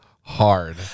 hard